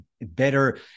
better